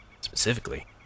specifically